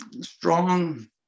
strong